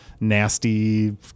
nasty